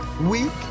week